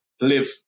live